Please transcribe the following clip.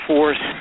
Force